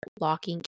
locking